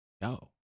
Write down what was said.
yo